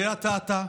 מה משותף לקריית אתא,